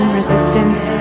resistance